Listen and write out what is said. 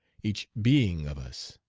each being of us!